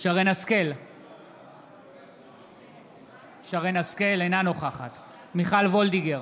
שרן מרים השכל, אינה נוכחת מיכל וולדיגר,